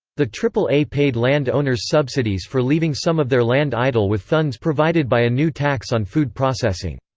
the aaa paid land owners subsidies for leaving some of their land idle with funds provided by a new tax on food processing.